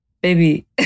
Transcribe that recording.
baby